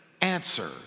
answer